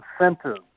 incentives